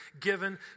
given